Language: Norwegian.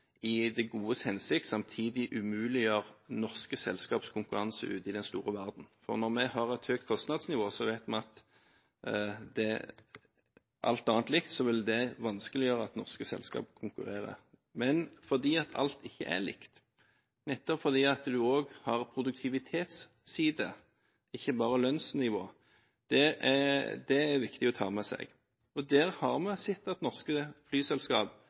i det godes hensikt samtidig umuliggjør norske selskapers konkurranse ute i den store verden. Når vi har et høyt kostnadsnivå, vet vi at det – alt annet likt – vil vanskeliggjøre norske selskapers konkurranse. Men fordi alt ikke er likt, nettopp fordi en også har en produktivitetsside, ikke bare lønnsnivå – det er viktig å ta med seg – har vi sett at norske